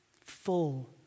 full